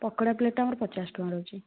ପୋକଡ଼ା ପ୍ଲେଟ୍ଟା ଆମର ପଚାଶ ଟଙ୍କା ରହୁଛି